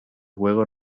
juego